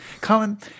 Colin